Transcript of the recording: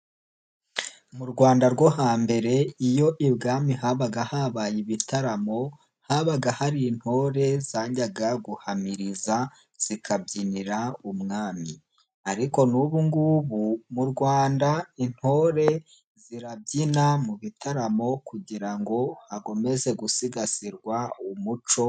Mu rwanda rwo hambere iyo ibwami habaga habaye ibitaramo, habaga hari intore zajyaga guhamiriza zikabyinira umwami, ariko n'ubugubu mu rwanda intore zirabyina mu bitaramo kugira ngo hakomeze gusigasirwa umuco.